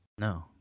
No